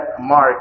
mark